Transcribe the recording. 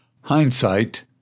Hindsight